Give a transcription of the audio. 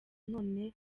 none